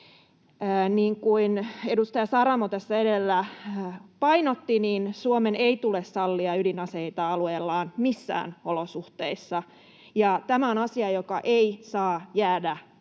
kuin edustaja Saramo tässä edellä painotti, niin Suomen ei tule sallia ydinaseita alueellaan missään olosuhteissa, ja tämä on asia, joka ei saa jäädä tässä